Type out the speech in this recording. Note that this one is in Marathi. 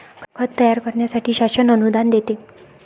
खत तयार करण्यासाठी शासन अनुदान देते